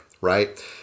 right